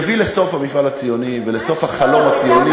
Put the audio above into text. יביא לסוף המפעל הציוני ולסוף החלום הציוני.